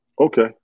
Okay